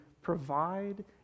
provide